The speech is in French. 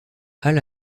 halle